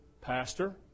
Pastor